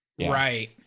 Right